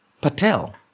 Patel